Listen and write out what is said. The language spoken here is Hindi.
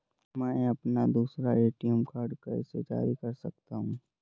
मैं अपना दूसरा ए.टी.एम कार्ड कैसे जारी कर सकता हूँ?